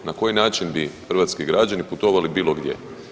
Na koji način bi hrvatski građani putovali bilo gdje?